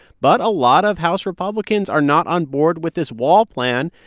but a lot of house republicans are not on board with this wall plan,